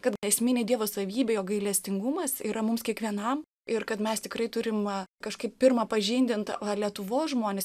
kad esminė dievo savybė jo gailestingumas yra mums kiekvienam ir kad mes tikrai turim kažkaip pirma pažindint lietuvos žmones